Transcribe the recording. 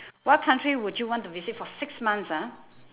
what country would you want to visit for six months ah